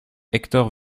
hector